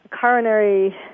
coronary